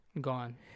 Gone